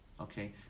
Okay